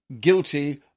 guilty